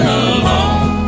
alone